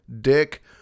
Dick